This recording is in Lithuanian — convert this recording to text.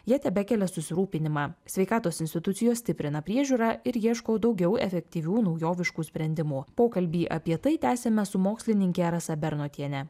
jie tebekelia susirūpinimą sveikatos institucijos stiprina priežiūrą ir ieško daugiau efektyvių naujoviškų sprendimų pokalbį apie tai tęsiame su mokslininke rasa bernotiene